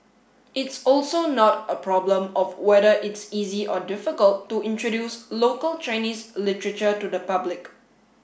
it's also not a problem of whether it's easy or difficult to introduce local Chinese literature to the public